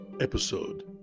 episode